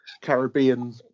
caribbean